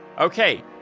Okay